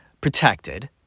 protected